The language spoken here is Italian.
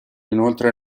inoltre